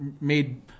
made